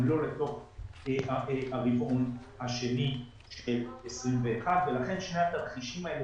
אם לא לתוך הרבעון השני של 2021. לכן שני התרחישים האלה